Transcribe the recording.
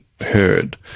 heard